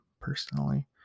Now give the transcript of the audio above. personally